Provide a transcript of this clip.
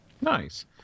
Nice